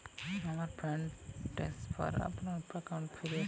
আমার fund transfer আমার অ্যাকাউন্টে ফিরে এসেছে